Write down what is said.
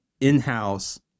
in-house